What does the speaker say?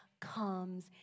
comes